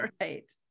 right